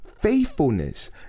faithfulness